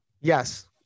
Yes